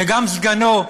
וגם סגנו,